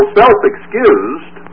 self-excused